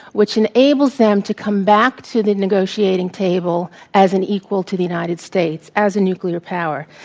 which enables them to come back to the negotiating table as an equal to the united states, as a nuclear power.